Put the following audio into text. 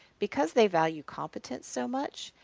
because they value competence so much,